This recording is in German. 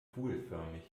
kugelförmig